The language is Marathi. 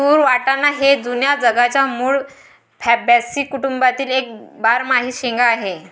तूर वाटाणा हे जुन्या जगाच्या मूळ फॅबॅसी कुटुंबातील एक बारमाही शेंगा आहे